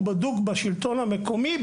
הוא בדוק בשלטון המקומי,